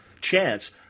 chance